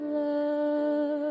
love